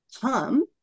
come